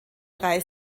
drei